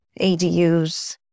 ADUs